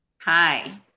Hi